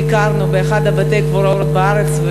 ביקרת באחד מבתי-הקברות בארץ,